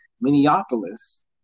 Minneapolis